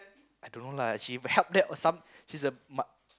I don't know lah she help that or some she's a ma~